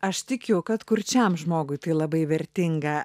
aš tikiu kad kurčiam žmogui tai labai vertinga